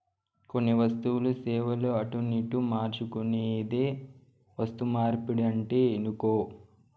కొన్ని వస్తువులు, సేవలు అటునిటు మార్చుకునేదే వస్తుమార్పిడంటే ఇనుకో